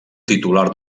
titular